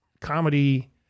Comedy